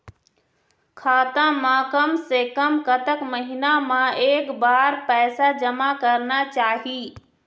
खाता मा कम से कम कतक महीना मा एक बार पैसा जमा करना चाही?